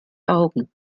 augen